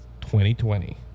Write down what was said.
2020